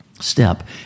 step